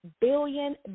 Billion